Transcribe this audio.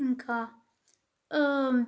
ఇంకా